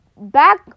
Back